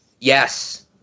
Yes